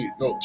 no